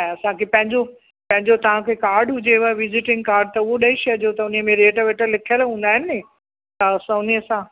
ऐं असांखे पंहिंजो पंहिंजो तव्हांखे कार्ड हुजेव विजिटिंग कार्ड त उहो ॾई छॾिजो त उनमें रेट वेट लिखयल हूंदा आहिनि न त असां उन सां